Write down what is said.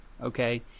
Okay